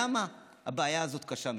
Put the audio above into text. למה הבעיה הזאת קשה מנשוא?